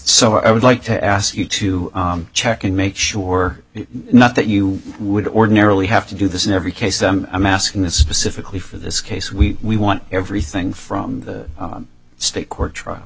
so i would like to ask you to check and make sure not that you would ordinarily have to do this in every case i'm asking that specifically for this case we want everything from the state court tri